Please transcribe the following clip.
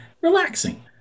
relaxing